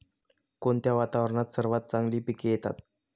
कोणत्या वातावरणात सर्वात चांगली पिके येतात?